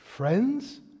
Friends